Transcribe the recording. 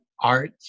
art